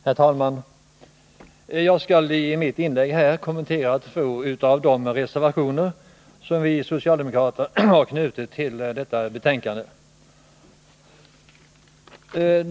Herr talman! Jag skall i mitt inlägg här kommentera två av de reservationer som vi socialdemokrater har fogat vid detta betänkande.